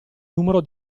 numero